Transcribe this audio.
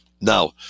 now